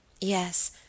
Yes